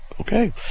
okay